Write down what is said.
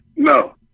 No